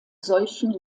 solchen